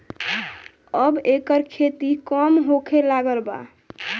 अब एकर खेती कम होखे लागल बा